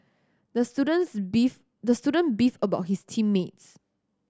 the student's beef the student beefed about his team mates